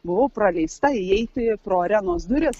buvau praleista įeiti pro arenos duris